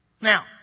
Now